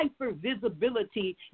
hypervisibility